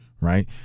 right